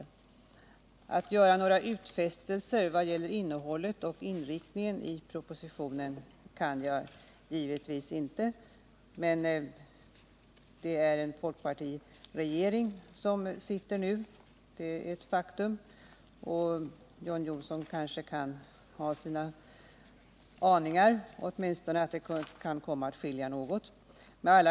Jag kan givetvis inte göra några utfästelser i vad gäller innehållet och inriktningen i propositionen. Men det är en folkpartiregering som sitter nu — det är ett faktum — och John Johnsson kanske kan ha sina aningar att det åtminstone kan komma att skilja något när det gäller regeringarnas läkemedelspolitik.